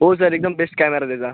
हो सर एकदम best camera त्याचा